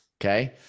Okay